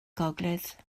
gogledd